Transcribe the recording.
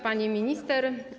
Pani Minister!